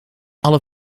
alle